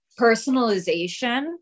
personalization